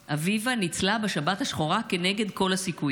אביבה ניצלה בשבת השחורה כנגד כל הסיכויים.